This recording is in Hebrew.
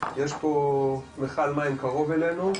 להכיר לכם מקרוב איך